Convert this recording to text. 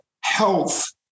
health